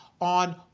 on